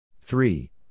Three